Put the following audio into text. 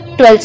12